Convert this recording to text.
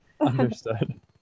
Understood